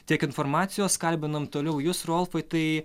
tiek informacijos kalbinom toliau jus rolfai tai